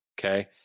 okay